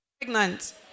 pregnant